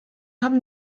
haben